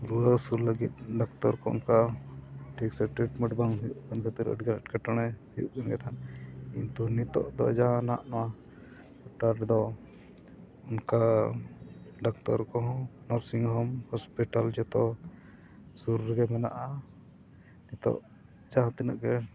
ᱨᱩᱣᱟᱹ ᱦᱟᱹᱥᱩ ᱞᱟᱹᱜᱤᱫ ᱰᱟᱠᱛᱟᱨ ᱠᱚ ᱚᱱᱠᱟ ᱴᱷᱤᱠ ᱥᱟᱺᱦᱤᱡ ᱴᱨᱤᱴᱢᱮᱱᱴ ᱵᱟᱝ ᱦᱩᱭᱩᱜ ᱠᱟᱱ ᱠᱷᱟᱹᱛᱤᱨ ᱟᱹᱰᱤᱜᱟᱱ ᱮᱴᱠᱮᱴᱚᱬᱮ ᱦᱩᱭᱩᱜ ᱠᱟᱱᱜᱮ ᱛᱟᱦᱮᱫ ᱠᱤᱱᱛᱩ ᱱᱤᱛᱳᱜ ᱫᱚ ᱡᱟᱦᱟᱸᱱᱟᱜ ᱱᱚᱣᱟ ᱴᱚᱴᱷᱟ ᱨᱮᱫᱚ ᱚᱱᱠᱟ ᱰᱟᱠᱛᱟᱨ ᱠᱚᱦᱚᱸ ᱱᱟᱨᱥᱤᱝ ᱦᱳᱢ ᱦᱳᱥᱯᱤᱴᱟᱞ ᱡᱷᱚᱛᱚ ᱥᱩᱨ ᱨᱮᱜᱮ ᱢᱮᱱᱟᱜᱼᱟ ᱱᱤᱛᱳᱜ ᱡᱟᱦᱟᱸ ᱛᱤᱱᱟᱹᱜ ᱜᱮ